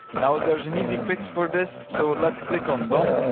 now, there's an easy fix for this, so let's click on done,